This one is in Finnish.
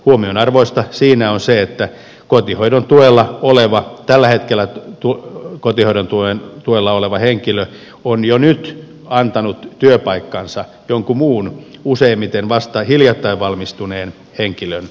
huomionarvoista siinä on se että tällä hetkellä kotihoidon tuella oleva henkilö on jo nyt antanut työpaikkansa jonkun muun useimmiten vasta hiljattain valmistuneen henkilön käyttöön